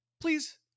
please